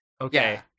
Okay